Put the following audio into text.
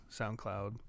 SoundCloud